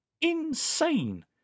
insane